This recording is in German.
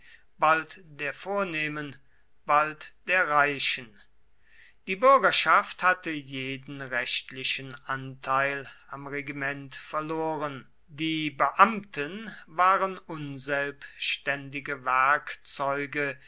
bald der vornehmen bald der reichen die bürgerschaft hatte jeden rechtlichen anteil am regiment verloren die beamten waren unselbständige